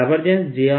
Bjr0 Br r